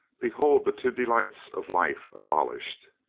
behold the two delights of life abolished.